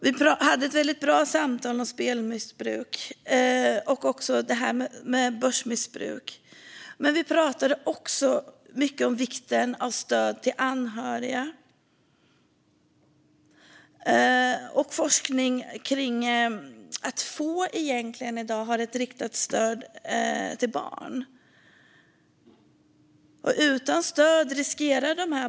Vi hade ett bra samtal om spelmissbruk och börsmissbruk. Men vi pratade också mycket om vikten av stöd till anhöriga. Forskning visar att det är få i dag som egentligen har ett riktat stöd till barn.